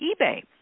eBay